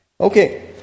Okay